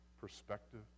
perspective